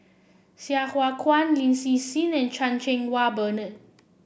Sai Hua Kuan Lin Hsin Hsin and Chan Cheng Wah Bernard